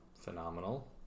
phenomenal